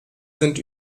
sind